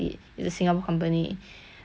like all these I wanna like